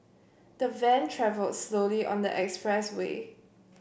the van travelled slowly on the expressway